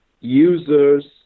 users